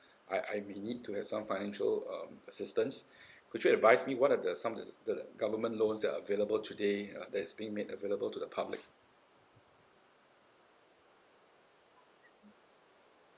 I I may need to have some financial um assistance could you advise me what are the some the~ the government loans that're available today uh that's being made available to the public